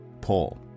Paul